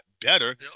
better